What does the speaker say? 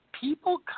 people